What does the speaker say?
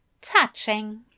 Touching